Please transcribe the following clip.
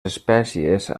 espècies